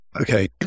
Okay